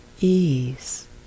ease